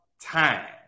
time